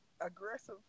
aggressive